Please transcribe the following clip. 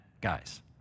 Guys